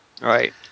Right